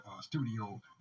studio